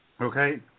Okay